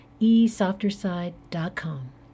esofterside.com